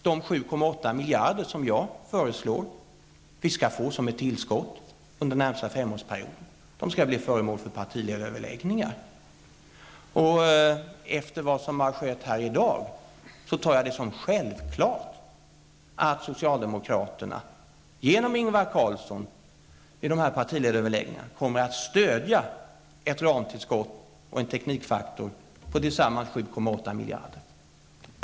De 7,8 miljarder som jag föreslår som ett tillskott under den närmaste femårsperioden skall bli föremål för partiledaröverläggningar. Efter vad som har skett här i dag tar jag det som självklart att socialdemokraterna, genom Ingvar Carlsson, i dessa partiledaröverläggningar kommer att stödja ett ramtillskott och en teknikfaktor på tillsammans 7,8 miljarder.